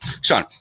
Sean